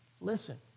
Listen